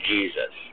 Jesus